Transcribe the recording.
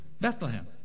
Bethlehem